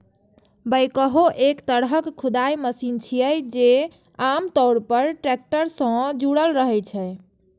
backhoe एक तरहक खुदाइ मशीन छियै, जे आम तौर पर टैक्टर सं जुड़ल रहै छै